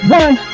one